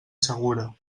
segura